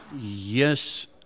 Yes